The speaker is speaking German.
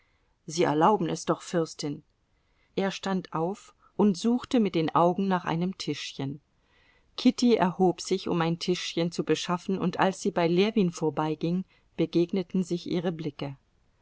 sie erlauben es doch fürstin er stand auf und suchte mit den augen nach einem tischchen kitty erhob sich um ein tischchen zu beschaffen und als sie bei ljewin vorbeiging begegneten sich ihre blicke